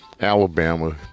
Alabama